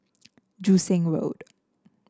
Joo Seng Road